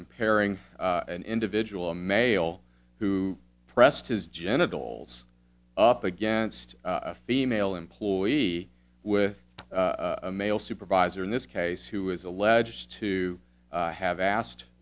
comparing an individual a male who pressed his genitals up against a female employee with a male supervisor in this case who is alleged to have asked